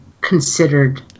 considered